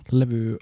levy